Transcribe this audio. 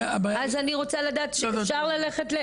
אז אני רוצה לדעת שאפשר ללכת?